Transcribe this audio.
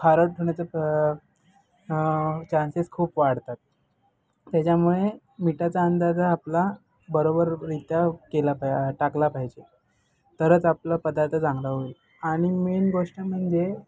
खारट होण्याचे प्र चान्सेस खूप वाढतात त्याच्यामुळे मिठाचा अंदाज हा आपला बरोबररीत्या केला पाय टाकला पाहिजे तरच आपला पदार्थ चांगला होईल आणि मेन गोष्ट म्हणजे